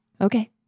Okay